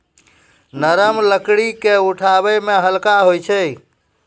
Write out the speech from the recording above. नरम लकड़ी क उठावै मे हल्का होय छै